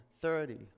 thirty